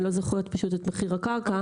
אני לא זוכרת את מחיר הקרקע.